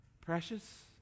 precious